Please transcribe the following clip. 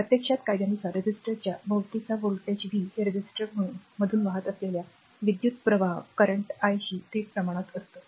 तर प्रत्यक्षात कायद्यानुसार रेझिस्टरच्या भोवतीचा व्होल्टेज v हे i रेझिस्टरमधून वाहत असलेल्या विद्युत् प्रवाहांशी थेट प्रमाणात असतो